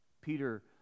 Peter